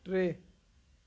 टे